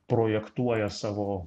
projektuoja savo